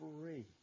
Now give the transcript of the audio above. free